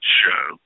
show